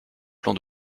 plan